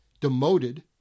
demoted